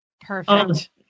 Perfect